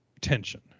tension